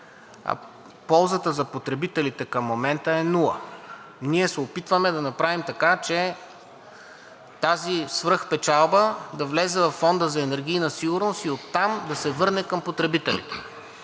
а ползата за потребителите към момента е нула. Ние се опитваме да направим така, че тази свръхпечалба да влезе във Фонда за енергийна сигурност и оттам да се върне към потребителите.